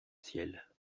ciel